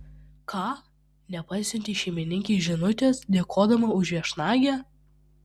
ką nepasiuntei šeimininkei žinutės dėkodama už viešnagę